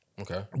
Okay